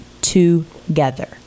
together